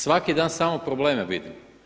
Svaki dan samo probleme vidim.